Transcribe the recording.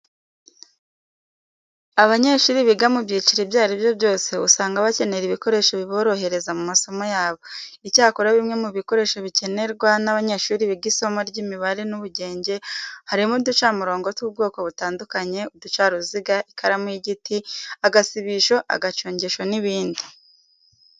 Abanyeshuri biga mu byiciro ibyo ari byo byose usanga bakenera ibikoresho biborohereza mu masomo yabo. Icyakora bimwe mu bikoresho bikenerwa n'abanyeshuri biga isomo ry'imibare n'ubugenge harimo uducamurongo tw'ubwoko butandukanye, uducaruziga, ikaramu y'igiti, agasibisho, agacongesho n'ibindi.